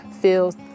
feels